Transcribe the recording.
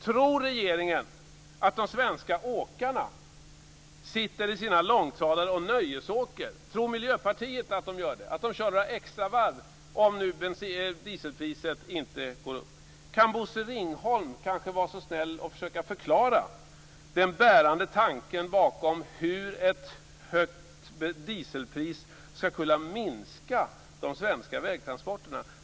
Tror regeringen att de svenska åkarna sitter i sina långtradare och nöjesåker? Tror Miljöpartiet att de kör några extra varv om dieselpriset inte går upp? Kan Bosse Ringholm vara så snäll och förklara den bärande tanken bakom hur ett högt dieselpris ska kunna minska de svenska vägtransporterna?